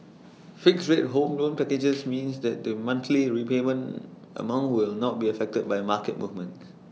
fixed rate home loan packages means that the monthly repayment amount will not be affected by market movements